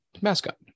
mascot